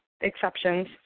exceptions